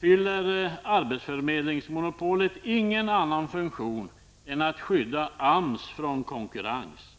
fyller arbetsförmedlingsmonopolet ingen annan funktion än att skydda AMS från konkurrens.